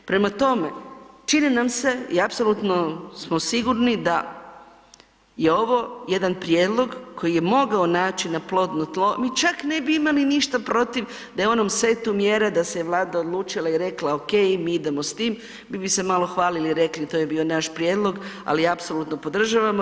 Prema tome, čini nam se i apsolutno smo sigurni da je ovo jedan prijedlog koji je mogao naići na plodno tlo, mi čak ne bi imali ništa protiv da je u onom setu mjera da se je Vlada odlučila i rekla ok, mi idemo s tim, mi bi se malo hvalili i rekli to je bio naš prijedlog, ali apsolutno podržavamo.